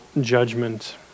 judgment